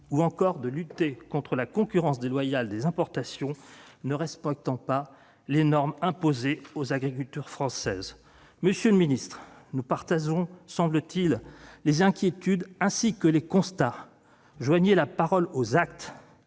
ou encore de lutter contre la concurrence déloyale des importations ne respectant pas les normes imposées aux agriculteurs français. Monsieur le ministre, nous éprouvons semble-t-il les mêmes inquiétudes et nous dressons les mêmes constats. Joignez la parole aux actes